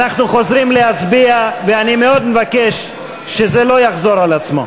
אנחנו חוזרים להצביע ואני מאוד מבקש שזה לא יחזור על עצמו,